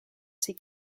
ses